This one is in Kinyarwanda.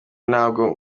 nabwo